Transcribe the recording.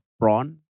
prawn